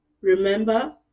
Remember